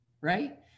right